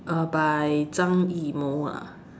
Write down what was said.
uh by zhang-yimou ah